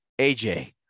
AJ